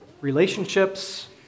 relationships